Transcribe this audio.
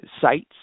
sites